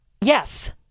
Yes